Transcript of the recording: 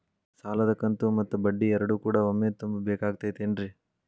ಸಾಲದ ಕಂತು ಮತ್ತ ಬಡ್ಡಿ ಎರಡು ಕೂಡ ಒಮ್ಮೆ ತುಂಬ ಬೇಕಾಗ್ ತೈತೇನ್ರಿ?